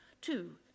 Two